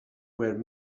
were